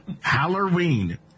Halloween